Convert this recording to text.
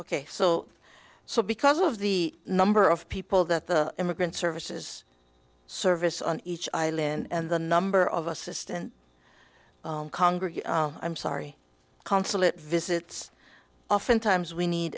ok so so because of the number of people that the immigrant services service on each island and the number of assistant congress i'm sorry consulate visits oftentimes we need